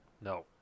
No